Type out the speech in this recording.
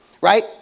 right